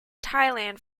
thailand